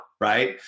right